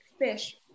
fish